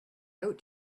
out